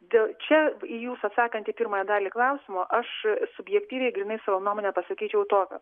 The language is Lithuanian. dėl čia į jūs atsakant į pirmą dalį klausimų aš subjektyviai grynai savo nuomonę pasakyčiau tokią